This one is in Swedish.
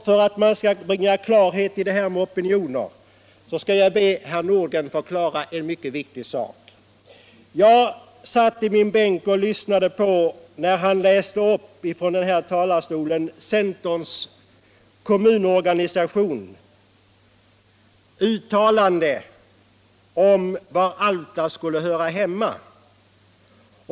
För att slutligen bringa klarhet i opinioner skall jag be herr Nordgren förklara en mycket viktig sak. Jag satt i min bänk och hörde på när han från denna talarstol läste upp uttalandet från centerns kommunorganisation om vart Alfta skulle höra.